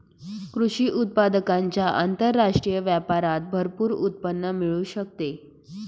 कृषी उत्पादकांच्या आंतरराष्ट्रीय व्यापारात भरपूर उत्पन्न मिळू शकते